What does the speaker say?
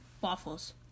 Waffles